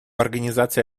организации